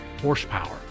Horsepower